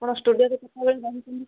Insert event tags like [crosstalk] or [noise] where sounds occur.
ଆପଣ ଷ୍ଟୁଡ଼ିଓ [unintelligible]